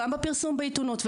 וגם בפרסום בעיתונות,